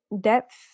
depth